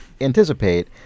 anticipate